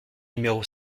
numéro